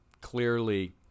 clearly